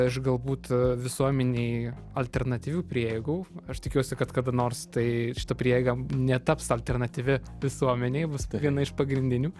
iš galbūt visuomenei alternatyvių prieigų aš tikiuosi kad kada nors tai šita prieiga netaps alternatyvi visuomenei bus viena iš pagrindinių